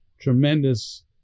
tremendous